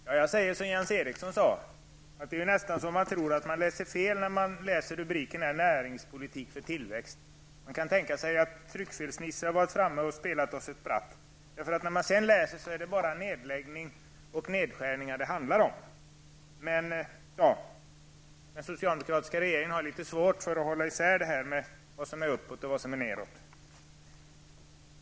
Herr talman! Jag säger som Jens Eriksson att det är nästan så att man tror att man läser fel när man läser rubriken, näringspolitik för tillväxt. Det kan tänkas att tryckfelsnisse varit framme och spelat oss ett spratt. När man läser propositionen handlar det bara om neddragningar och nedskärningar. Den socialdemokratiska regeringen har svårt att hålla isär vad som är uppåt och vad som är nedåt.